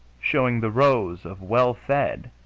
showing the rows of well-fed,